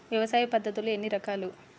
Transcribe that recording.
వ్యవసాయ పద్ధతులు ఎన్ని రకాలు?